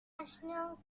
national